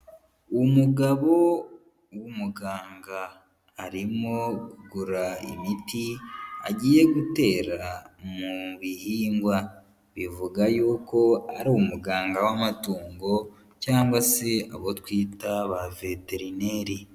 Umugabo w'umuganga arimo kugura imiti agiye gutera mu bihingwa, bivuga y'uko ari umuganga w'amatungo cyangwa se abo twita ba veterineri.